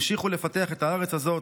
המשיכו לפתח את הארץ הזאת,